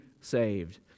saved